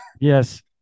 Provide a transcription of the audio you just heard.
Yes